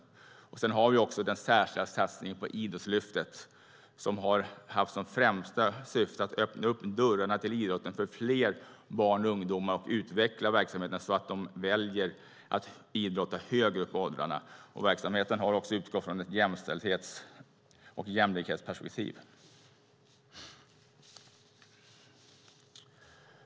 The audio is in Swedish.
Vi har också den särskilda satsningen på Idrottslyftet som har haft som främsta syfte att öppna dörrarna till idrotten för fler barn och ungdomar samt utveckla verksamheten så att de väljer att idrotta högre upp i åldrarna. Verksamheten har också utgått från ett jämställdhets och jämlikhetsperspektiv.